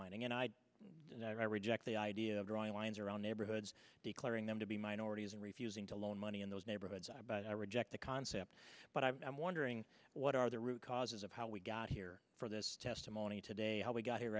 redlining and i and i reject the idea of drawing lines around neighborhoods declaring them to be minorities and refusing to loan money in those neighborhoods about i reject the concept but i'm wondering what are the root causes of how we got here for this testimony today how we got here